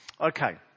Okay